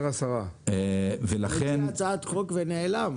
נתן הצעת חוק ונעלם?